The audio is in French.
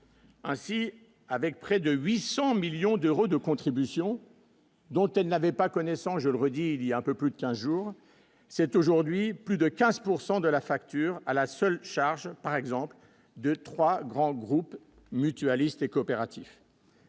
Ainsi, avec près de 800 millions d'euros de contributions. Dont elle n'avait pas connaissance, je le redis, il y a un peu plus de 15 jours c'est aujourd'hui plus de 15 pourcent de de la facture à la seule charge par exemple de 3 grands groupes mutualistes et coopératifs.